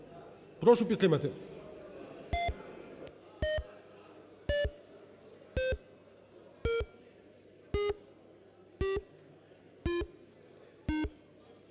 Прошу підтримати.